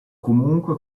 comunque